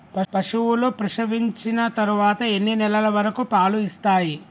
పశువులు ప్రసవించిన తర్వాత ఎన్ని నెలల వరకు పాలు ఇస్తాయి?